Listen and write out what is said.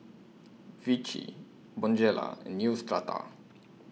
Vichy Bonjela and Neostrata